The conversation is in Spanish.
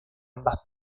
ambas